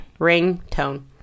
Ringtone